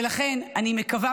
ולכן אני מקווה,